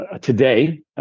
today